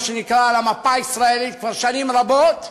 שנקרא על המפה הישראלית כבר שנים רבות,